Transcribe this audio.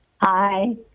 Hi